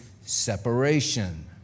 separation